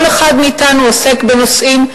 כל אחד מאתנו עוסק בנושאים,